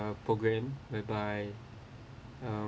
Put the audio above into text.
the program whereby uh